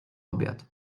obiad